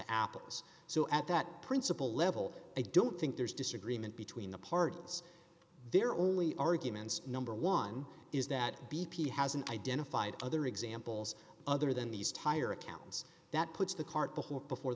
apples so at that principle level i don't think there's disagreement between the parties there are only arguments number one is that b p hasn't identified other examples other than these tire accounts that puts the cart the horse before